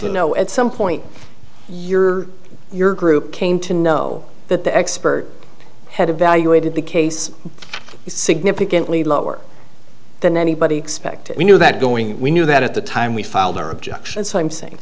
the know at some point your your group came to know that the expert had evaluated the case significantly lower than anybody expected we knew that going we knew that at the time we filed their objection so i'm saying